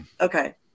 okay